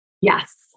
Yes